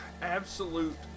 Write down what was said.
absolute